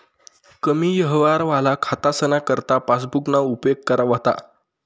कमी यवहारवाला खातासना करता पासबुकना उपेग करा व्हता